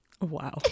Wow